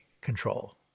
control